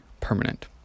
permanent